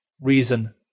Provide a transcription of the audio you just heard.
reason